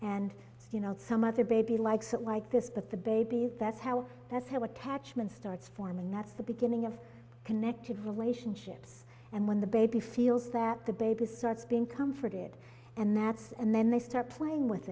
and some other baby likes it like this but the baby that's how that's how attachment starts forming that's the beginning of connected relationships and when the baby feels that the baby starts being comforted and that's and then they start playing with